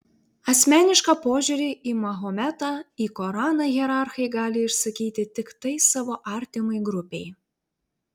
asmenišką požiūrį į mahometą į koraną hierarchai gali išsakyti tiktai savo artimai grupei